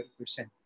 percent